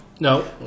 no